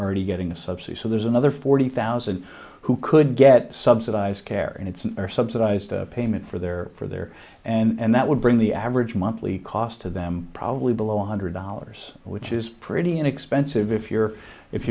already getting a subsidy so there's another forty thousand who could get subsidized care and it's our subsidized payment for their for their and that would bring the average monthly cost to them probably below one hundred dollars which is pretty inexpensive if you're if